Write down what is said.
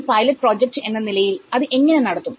ഒരു pilot project എന്ന നിലയിൽ അത് എങ്ങനെ നടത്തും